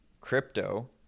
crypto